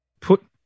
put